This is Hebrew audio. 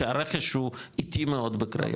שהרכש הוא איטי מאוד בקריות.